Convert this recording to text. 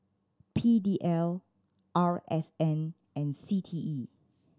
P D L R S N and C T E